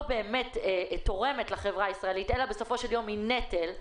באמת תורמת לחברה הישראלית אלא בסופו של יום היא נטל.